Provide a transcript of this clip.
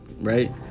right